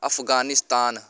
Afghanistan